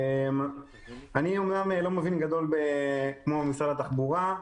אמנם אני לא מבין גדול כמו משרד התחבורה,